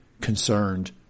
concerned